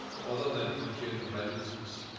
other than in generalities.